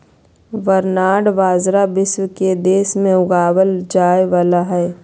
barnyard बाजरा विश्व के के देश में उगावल जा हइ